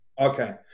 okay